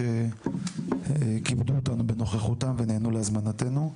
שכיבדו אותנו בנוכחותם ונענו להזמנתנו,